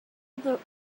although